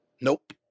Nope